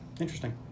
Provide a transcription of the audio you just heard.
interesting